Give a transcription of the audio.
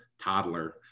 toddler